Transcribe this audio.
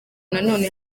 nanone